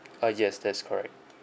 uh yes that's correct